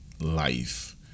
life